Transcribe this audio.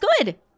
good